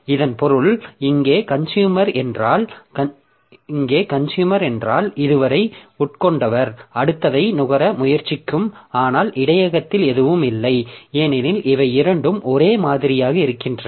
இதன் பொருள் இங்கே கன்சுயூமர் என்றால் கன்சுயூமர் இது வரை உட்கொண்டார் அடுத்ததை நுகர முயற்சிக்கும் ஆனால் இடையகத்தில் எதுவும் இல்லை ஏனெனில் இவை இரண்டும் ஒரே மாதிரியாக இருக்கின்றன